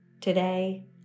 Today